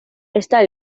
está